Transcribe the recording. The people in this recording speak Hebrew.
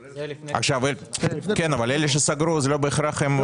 אבל אלה שסגרו זה לא בהכרח.